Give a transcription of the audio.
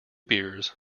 beers